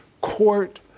court